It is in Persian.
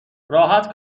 راحت